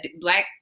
Black